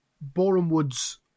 Boreham-Wood's